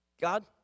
God